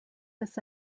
this